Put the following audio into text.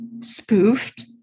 spoofed